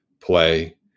play